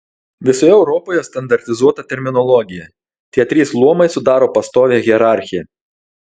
visoje europoje standartizuota terminologija tie trys luomai sudaro pastovią hierarchiją